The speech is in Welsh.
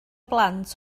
blant